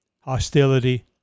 hostility